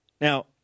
Now